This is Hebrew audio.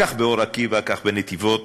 כך באור-עקיבא, כך בנתיבות